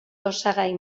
osagai